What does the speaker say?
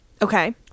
Okay